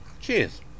Cheers